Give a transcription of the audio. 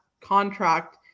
contract